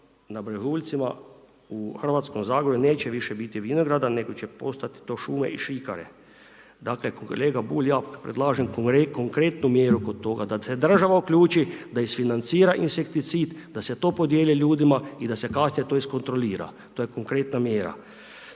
na brežuljcima u hrvatskom Zagorju neće više biti vinograda, nego će postojati to šume i šikare. Dakle kolega Bulj ja predlažem konkretnu mjeru kod toga da se država uključi, da isfinancira insekticid, da se to podijeli ljudima i da se kasnije to iskontrolira. To je konkretna mjera.